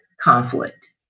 conflict